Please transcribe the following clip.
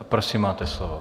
Prosím, máte slovo.